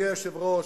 היושב-ראש,